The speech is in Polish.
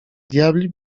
diabli